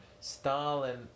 Stalin